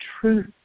truth